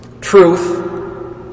Truth